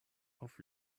auf